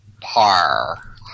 PAR